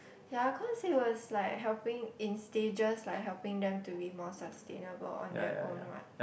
ya cause it was like helping in stages like helping them to be more sustainable on their own what